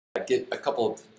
but get a couple,